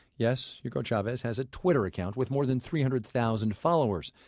yes, hugo chavez has a twitter account, with more than three hundred thousand followers.